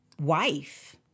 wife